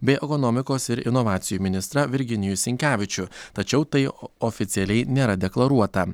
bei ekonomikos ir inovacijų ministrą virginijų sinkevičių tačiau tai oficialiai nėra deklaruota